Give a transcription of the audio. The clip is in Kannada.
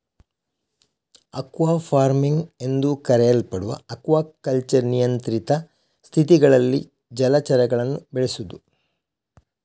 ಅಕ್ವಾ ಫಾರ್ಮಿಂಗ್ ಎಂದೂ ಕರೆಯಲ್ಪಡುವ ಅಕ್ವಾಕಲ್ಚರ್ ನಿಯಂತ್ರಿತ ಸ್ಥಿತಿಗಳಲ್ಲಿ ಜಲಚರಗಳನ್ನು ಬೆಳೆಸುದು